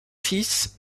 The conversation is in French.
fils